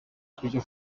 kujya